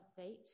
update